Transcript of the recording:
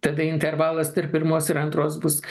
tada intervalas tarp pirmos ir antros bus